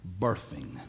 birthing